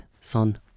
son